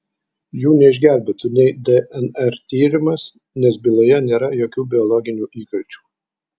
jų neišgelbėtų nei dnr tyrimas nes jų byloje nėra jokių biologinių įkalčių